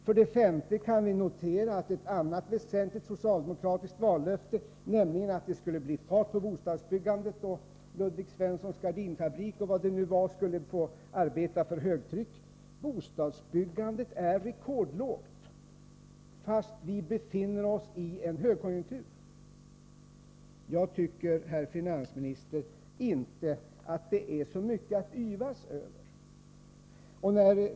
För det femte kan vi notera vad som hänt med ett annat väsentligt socialdemokratiskt vallöfte, nämligen att det skulle bli fart på bostadsbyggandet och att Ludvig Svenssons Gardinfabrik m.fl. skulle få arbeta för högtryck. Bostadsbyggandet är rekordlågt fastän vi befinner oss i en högkonjunktur. Jag tycker, herr finansminister, inte att det är så mycket att yvas Över.